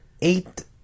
eight